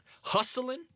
hustling